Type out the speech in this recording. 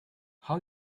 how